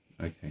okay